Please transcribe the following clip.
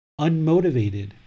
unmotivated